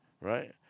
right